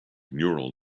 neural